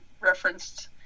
referenced